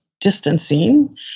distancing